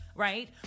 Right